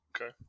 Okay